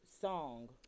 song